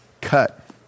Cut